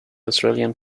australian